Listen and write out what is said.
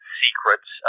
secrets